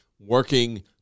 Working